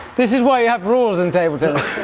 this is why you have rules in table tennis!